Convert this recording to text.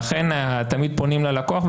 לכן תמיד פונים ללקוח,